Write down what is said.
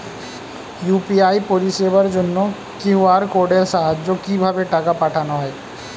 UPI পরিষেবার জন্য QR কোডের সাহায্যে কিভাবে টাকা পাঠানো হয়?